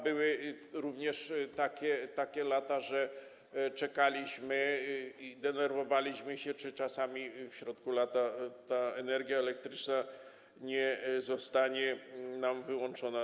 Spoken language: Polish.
Były również takie lata, że czekaliśmy, denerwowaliśmy się, czy czasami w środku lata ta energia elektryczna nie zostanie nam wyłączona.